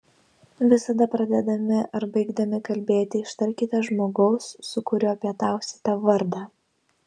visada pradėdami ar baigdami kalbėti ištarkite žmogaus su kuriuo pietausite vardą